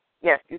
yes